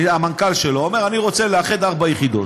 המנכ"ל שלו אומר: אני רוצה לאחד ארבע יחידות.